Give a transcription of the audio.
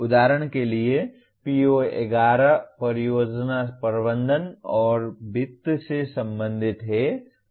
उदाहरण के लिए PO11 परियोजना प्रबंधन और वित्त से संबंधित है